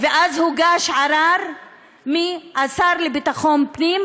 ואז הוגש ערר מהשר לביטחון הפנים,